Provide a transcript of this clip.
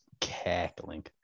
cackling